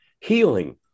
healing